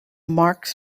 marks